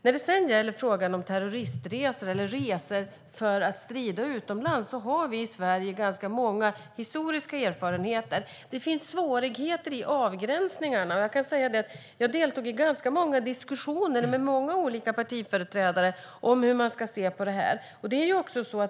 När det sedan gäller frågan om terroristresor, eller resor för att strida utomlands, har vi i Sverige ganska många historiska erfarenheter. Det finns svårigheter i avgränsningarna. Jag deltog i ganska många diskussioner med många olika partiföreträdare om hur man ska se på det.